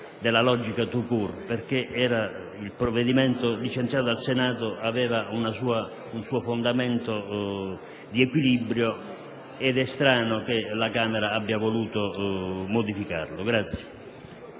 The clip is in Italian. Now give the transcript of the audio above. e *tout court*, perché il provvedimento licenziato dal Senato aveva un suo fondamento di equilibrio ed è strano che la Camera abbia voluto modificarlo.